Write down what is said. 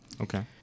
Okay